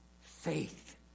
faith